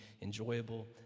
enjoyable